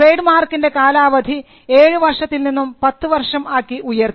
trade മാർക്കിൻറെ കാലാവധി 7 വർഷത്തിൽ നിന്നും പത്ത് വർഷം ആക്കി ഉയർത്തി